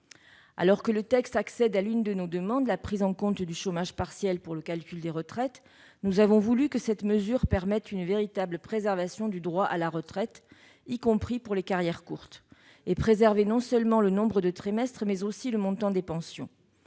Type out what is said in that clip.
Alors que le texte accède à l'une de nos demandes- la prise en compte du chômage partiel pour le calcul des retraites -, nous avons voulu que cette mesure permette une véritable préservation du droit à la retraite, y compris pour les carrières courtes, tant pour le nombre de trimestres que pour le montant des pensions.